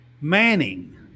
Manning